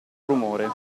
rumore